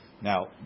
Now